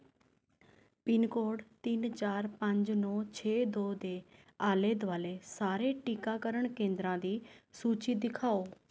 pin code ਤਿੰਨ ਚਾਰ ਪੰਜ ਨੌ ਛੇ ਦੋ ਦੇ ਆਲੇ ਦੁਆਲੇ ਸਾਰੇ ਟੀਕਾਕਰਨ ਕੇਂਦਰਾਂ ਦੀ ਸੂਚੀ ਦਿਖਾਓ